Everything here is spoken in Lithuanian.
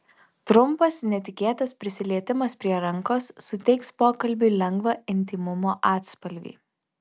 trumpas netikėtas prisilietimas prie rankos suteiks pokalbiui lengvą intymumo atspalvį